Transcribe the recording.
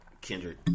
Kendrick